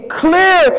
clear